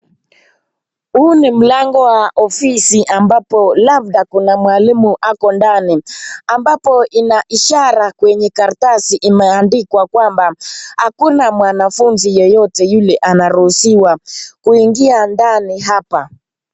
Huu ni mlango wa ofisi ambapo labda kuna mwalimu ako ndani, ambapo ina ishara kwenye karatasi imeandikwa kwamba hakuna mwanafunzi yeyote yule anaruhusiwa kuingia ndani hapa.